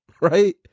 Right